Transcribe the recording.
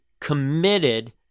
committed